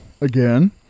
again